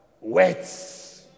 wait